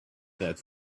that